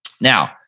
Now